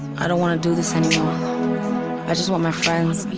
i don't wanna do this anymore i just want my friends.